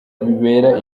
bibera